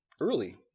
early